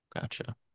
gotcha